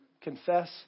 Confess